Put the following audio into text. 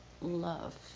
love